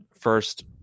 first